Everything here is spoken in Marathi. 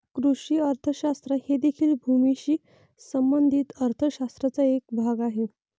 कृषी अर्थशास्त्र हे देखील भूमीशी संबंधित अर्थ शास्त्राचा एक भाग आहे